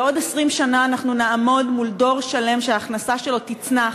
בעוד 20 שנה אנחנו נעמוד מול דור שלם שההכנסה שלו תצנח,